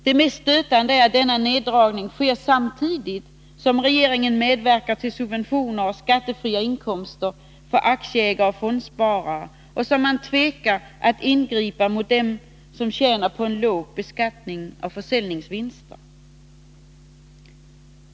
Det mest stötande är att denna neddragning sker samtidigt som regeringen medverkar till subventioner och skattefria inkomster för aktieägare och fondsparare och tvekar att ingripa mot dem som tjänar på en låg beskattning av försäljningsvinster.